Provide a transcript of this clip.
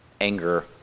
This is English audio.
anger